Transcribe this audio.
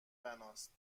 بناست